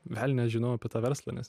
velnias žinau apie tą verslą nes